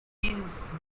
these